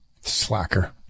slacker